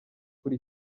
kuri